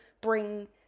bring